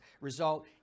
result